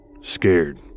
scared